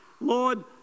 Lord